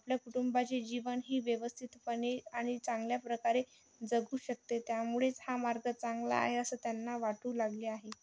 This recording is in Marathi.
आपल्या कुटुंबाची जीवन ही व्यवस्थितपणे आणि चांगल्या प्रकारे जगू शकते त्यामुळेच हा मार्ग चांगला आहे असे त्यांना वाटू लागले आहे